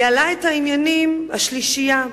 ניהלה את העניינים השלישייה: